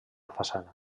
façana